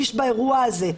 שליש באירוע הזה,